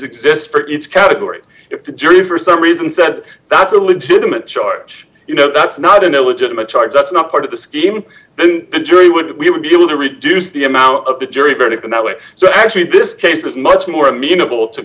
exist for each category if the jury for some reason said that's a legitimate charge you know that's not an illegitimate charge that's not part of the scheme then the jury would be able to reduce the amount of the jury verdict in that way so actually this case is much more amenable to